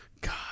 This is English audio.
God